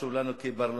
חשוב לנו כפרלמנט,